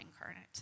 incarnate